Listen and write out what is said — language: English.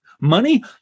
Money